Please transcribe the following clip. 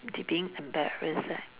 to being embarrassed right